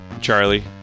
Charlie